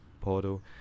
Porto